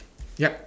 yup